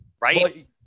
Right